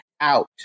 out